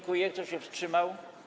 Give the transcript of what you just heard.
Kto się wstrzymał?